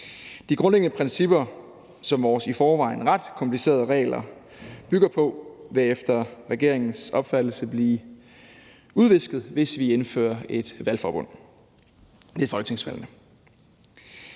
De grundlæggende principper, som vores i forvejen ret komplicerede regler bygger på, vil efter regeringens opfattelse blive udvisket, hvis vi indfører valgforbund ved folketingsvalgene.